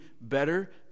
better